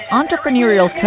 entrepreneurial